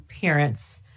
parents